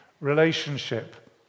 relationship